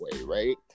right